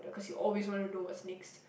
cause you always want to know what's next